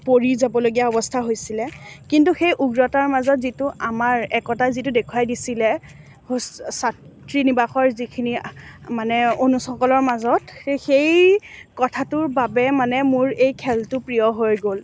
পৰি যাবলগীয়া অৱস্থা হৈছিলে কিন্তু সেই উগ্ৰতাৰ মাজত যিটো আমাৰ একতাই যিটো দেখুৱাই দিছিলে হোস ছাত্ৰী নিৱাসৰ যিখিনি মানে অনুজ সকলৰ মাজত সেই কথাটোৰ বাবে মানে মোৰ এই খেলটো প্ৰিয় হৈ গ'ল